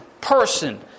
person